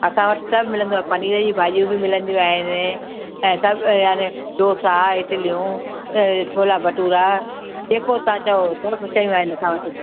असां वटि सभु मिलंदव पनीर जूं भाॼियूं बि मिलंदियूं आहिनि ऐं सभु याने डोसा इटिलियूं छोला भटूरा जेको तव्हां चओ सभु शयूं आहिनि असां वटि